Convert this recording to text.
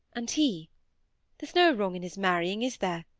and he there's no wrong in his marrying, is there?